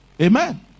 Amen